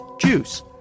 juice